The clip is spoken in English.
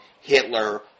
Hitler